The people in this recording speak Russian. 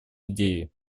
идеи